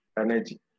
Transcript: energy